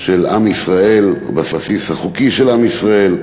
של עם ישראל, הבסיס החוקי של עם ישראל,